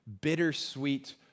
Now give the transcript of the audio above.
bittersweet